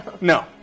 No